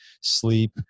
sleep